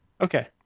Okay